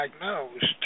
diagnosed